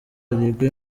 uruguay